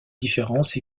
différences